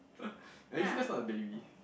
are you sure that's not a baby